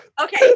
Okay